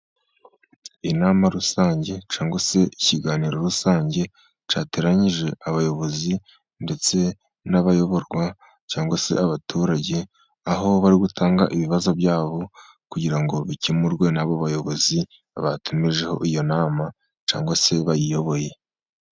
Inama rusange cyangwa se ikiganiro rusange cyateranyije abayobozi ndetse n'abayoborwa cyangwa se abaturage, aho bari gutanga ibibazo byabo kugira ngo bikemurwe nabo bayobozi batumijeho iyo nama cyangwa se bayiyoboye.